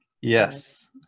Yes